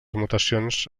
mutacions